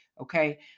okay